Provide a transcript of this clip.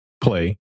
play